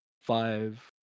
Five